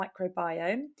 microbiome